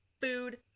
Food